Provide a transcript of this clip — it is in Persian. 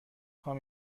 خوام